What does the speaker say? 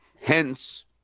Hence